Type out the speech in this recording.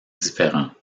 différent